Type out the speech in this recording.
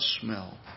smell